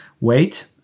wait